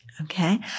Okay